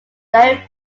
diary